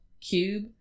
cube